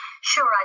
Sure